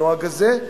גם,